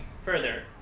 Further